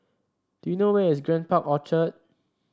do you know where is Grand Park Orchard